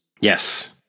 Yes